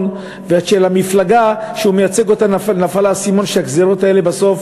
ועד שלמפלגה שהוא מייצג נפל האסימון שהגזירות האלה בסוף,